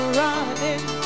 running